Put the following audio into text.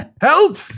Help